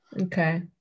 okay